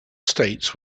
states